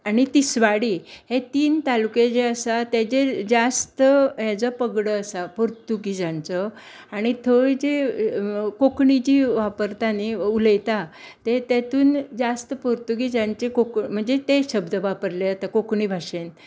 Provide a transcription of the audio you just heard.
आनी तिसवाडी हे तीन तालूके जे आसा तेजे जास्त हे जो पगडो आसा पुर्तूगीजांचो आनी थंय जे कोंकणी जी वापरता नी उलयता ते तेतून जास्त पुर्तूगीजांची को म्हणजे तें शब्द वापरले वता कोंकणी भाशेंत